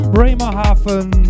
Bremerhaven